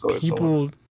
people